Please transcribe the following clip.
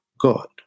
God